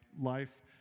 life